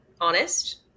honest